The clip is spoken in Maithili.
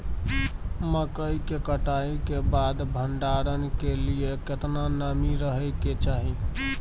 मकई के कटाई के बाद भंडारन के लिए केतना नमी रहै के चाही?